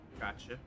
Gotcha